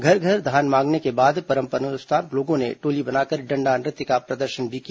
घर घर धान मांगने के बाद परंपरानुसार लोगों ने टोली बनाकर डंडा नृत्य का भी प्रदर्शन किया